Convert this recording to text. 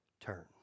turn